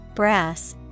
brass